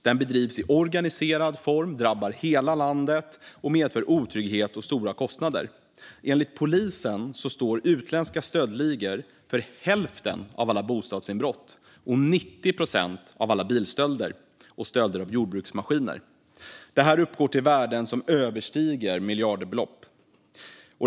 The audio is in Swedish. Den bedrivs i organiserad form, drabbar hela landet och medför otrygghet och stora kostnader. Enligt polisen står utländska stöldligor för hälften av alla bostadsinbrott och 90 procent av alla bilstölder och stölder av jordbruksmaskiner. Värdena uppgår till miljardbelopp.